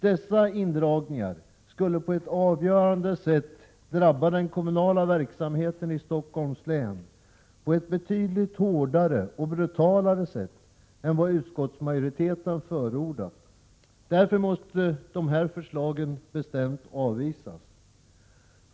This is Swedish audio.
Dessa indragningar skulle på ett avgörande sätt drabba den kommunala verksamheten i Stockholms län och det betydligt hårdare och brutalare än vad utskottsmajoriteten förordat. Därför måste dessa förslag bestämt avvisas.